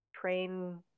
train